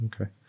okay